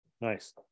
Nice